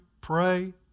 Pray